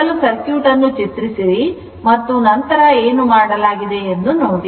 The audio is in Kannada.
ಮೊದಲು ಸರ್ಕ್ಯೂಟ್ ಅನ್ನು ಚಿತ್ರಿಸಿರಿ ಮತ್ತು ನಂತರ ಏನು ಮಾಡಲಾಗಿದೆ ಎಂದು ನೋಡಿ